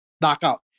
knockout